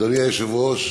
אדוני היושב-ראש,